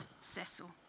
Cecil